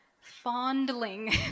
fondling